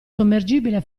sommergibile